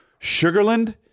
Sugarland